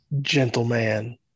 gentleman